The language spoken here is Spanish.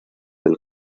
del